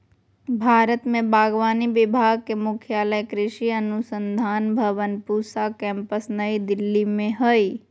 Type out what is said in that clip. भारत में बागवानी विभाग के मुख्यालय कृषि अनुसंधान भवन पूसा केम्पस नई दिल्ली में हइ